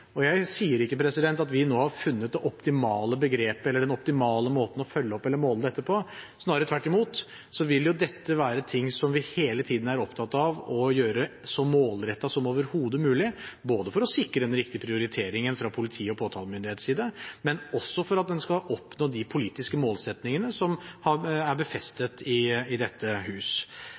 Jeg sier ikke at vi nå har funnet det optimale begrepet eller den optimale måten å følge opp eller måle dette på. Snarere tvert imot vil jo dette være ting som vi hele tiden er opptatt av å gjøre så målrettet som overhodet mulig, både for å sikre den riktige prioriteringen fra politiets og påtalemyndighetenes side, og også for at en skal oppnå de politiske målsettingene som er befestet i dette hus.